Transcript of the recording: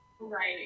Right